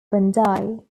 bandai